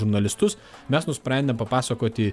žurnalistus mes nusprendėm papasakoti